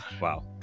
Wow